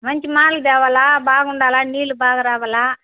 మంచి మాడల్ తేవాలా బాగుండాలా నీళ్ళు బాగా రావాలి